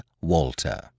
Walter